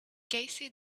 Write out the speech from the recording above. cassie